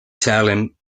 salem